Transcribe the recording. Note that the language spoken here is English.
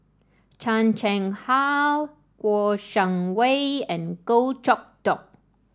Chan Chang How Kouo Shang Wei and Goh Chok Tong